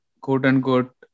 quote-unquote